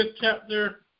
chapter